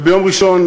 וביום ראשון,